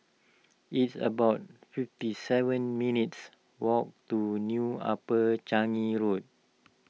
it's about fifty seven minutes' walk to New Upper Changi Road